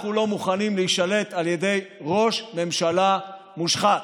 אנחנו לא מוכנים להישלט על ידי ראש ממשלה מושחת.